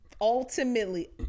ultimately